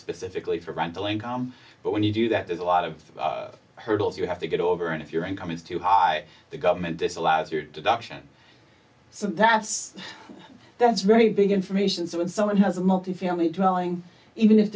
specifically for rental income but when you do that there's a lot of hurdles you have to get over and if your income is too high the government disallows your deduction so that's that's very big information so when someone has a multifamily dwelling even if